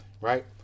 Right